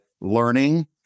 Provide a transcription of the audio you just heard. learning